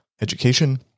education